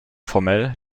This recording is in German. formell